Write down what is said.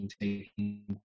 taking